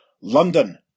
London